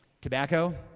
tobacco